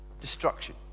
Destruction